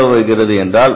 இது எவ்வளவு வருகிறது